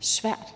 svært.